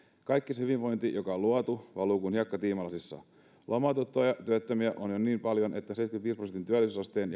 kaikki se hyvinvointi joka on luotu valuu kuin hiekka tiimalasissa lomautettuja ja työttömiä on jo niin paljon että seitsemänkymmenenviiden prosentin työllisyysasteen